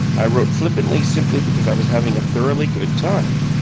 i wrote flippantly simply because i was having a thoroughly good time.